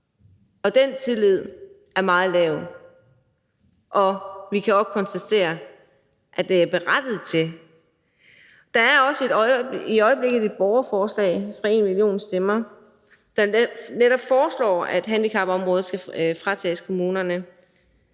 og den tillid er meget lille, hvilket vi også kan konstatere er berettiget. Der er i øjeblikket også et borgerforslag fra #enmillionstemmer, der netop foreslår, at handicapområdet skal fratages kommunerne,